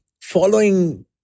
following